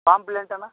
pamphlet ಅಣ್ಣ